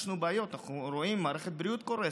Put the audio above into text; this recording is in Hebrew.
יש לנו בעיות, אנחנו רואים: מערכת הבריאות קורסת,